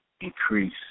increase